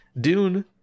dune